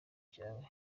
byawe